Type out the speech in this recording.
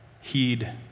heed